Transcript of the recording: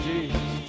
Jesus